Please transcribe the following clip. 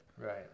right